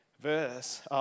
verse